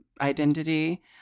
identity